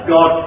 God